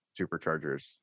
superchargers